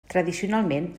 tradicionalment